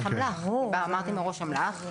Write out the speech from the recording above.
אמרתי מראש, אמל"ח.